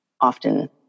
often